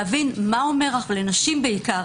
לנשים בעיקר,